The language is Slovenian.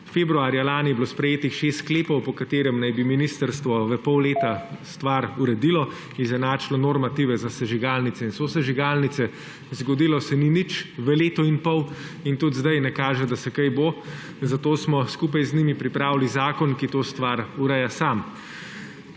Februarja lani je bilo sprejetih šest sklepov, po katerih naj bi ministrstvo v pol leta stvar uredilo, izenačilo normative za sežigalnice in sosežigalnice. Zgodilo se ni nič v letu in pol in tudi zdaj ne kaže, da se kaj bo, zato smo skupaj z njimi pripravili zakon, ki to stvar ureja sam.